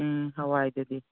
ꯎꯝ ꯍꯋꯥꯏꯗꯨꯗꯤ